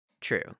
True